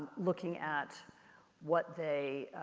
looking at what they,